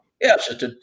Yes